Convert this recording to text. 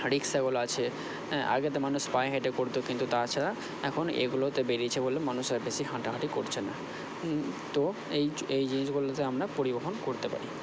রিক্সাগুলো আছে হ্যাঁ আগে তো মানুষ পায়ে হেঁটে করত কিন্তু তাছাড়া এখন এগুলোতে বেরিয়েছে বলে মানুষ আর বেশি হাঁটাহাঁটি করছে না তো এই এই জিনিসগুলোতে আমরা পরিবহণ করতে পারি